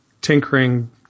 tinkering